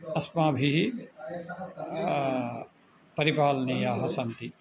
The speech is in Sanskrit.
अस्माभिः परिपालनीयाः सन्ति